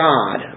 God